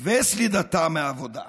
וסלידתם מעבודה".